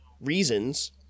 reasons